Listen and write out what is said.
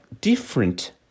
different